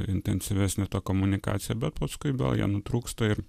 intensyvesnė ta komunikacija bet paskui vėl jie nutrūksta ir